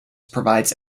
provides